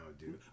dude